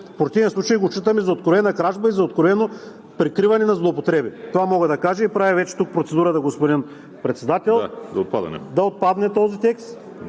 в противен случай го считаме за откровена кражба и за откровено прикриване на злоупотреби. Това мога да кажа. Правя вече тук процедура, господин Председател, да отпадне този текст